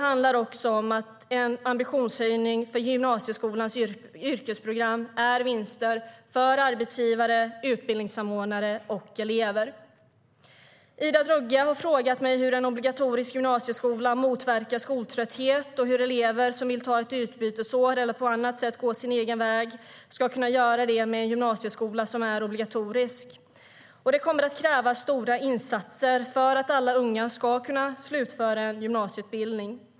En ambitionshöjning för gymnasieskolans yrkesprogram ger vinster för såväl arbetsgivare och utbildningsanordnare som elever. Ida Drougge har frågat mig hur en obligatorisk gymnasieskola motverkar skoltrötthet och hur elever som vill ta ett utbytesår eller på annat sätt gå sin egen väg ska kunna göra det med en gymnasieskola som är obligatorisk. Det kommer att krävas stora insatser för att alla unga ska slutföra en gymnasieutbildning.